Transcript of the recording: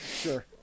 Sure